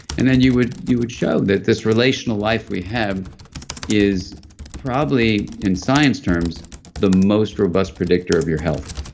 and then you would you would show that this relational life we have is probably in science terms the most robust predictor of your health